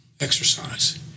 exercise